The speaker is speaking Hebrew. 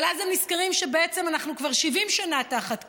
אבל אז הם נזכרים שבעצם אנחנו כבר 70 שנה תחת כיבוש.